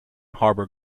harbour